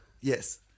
Yes